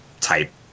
type